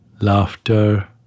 laughter